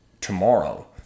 tomorrow